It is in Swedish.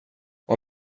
vad